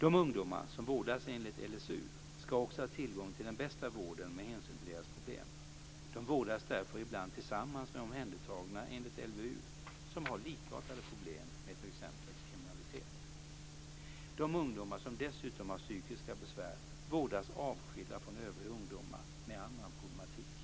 De ungdomar som vårdas enligt LSU ska också ha tillgång till den bästa vården med hänsyn till deras problem. De vårdas därför ibland tillsammans med omhändertagna enligt LVU som har likartade problem med t.ex. kriminalitet. De ungdomar som dessutom har psykiska besvär vårdas avskilda från övriga ungdomar med annan problematik.